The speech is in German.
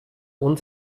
uns